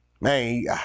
Man